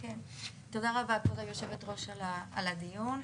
תודה רבה, כבוד היו"ר, על הדיון.